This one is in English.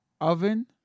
Oven